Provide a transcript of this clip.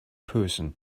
person